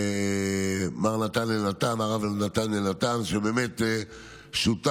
מר נתן אלנתן, הרב נתן אלנתן, שהוא באמת שותף